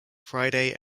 friday